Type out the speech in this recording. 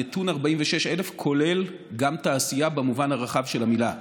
הנתון 46,000 כולל גם תעשייה במובן הרחב של המילה,